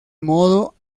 modo